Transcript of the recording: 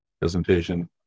presentation